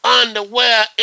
underwear